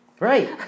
Right